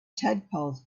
tadpoles